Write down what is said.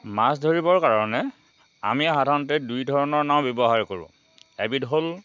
মাছ ধৰিবৰ কাৰণে আমি সাধাৰণতে দুই ধৰণৰ নাও ব্যৱহাৰ কৰোঁ এবিধ হ'ল